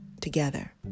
together